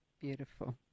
beautiful